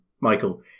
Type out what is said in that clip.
Michael